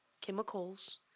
chemicals